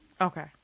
okay